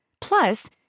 plus